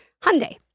Hyundai